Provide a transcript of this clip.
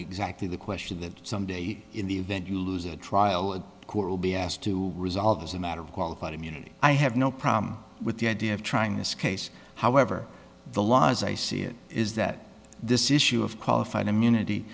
exactly the question that some day in the event you lose a trial it will be asked to resolve as a matter of qualified immunity i have no problem with the idea of trying this case however the law as i see it is that this issue of qualified immunity